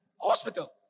hospital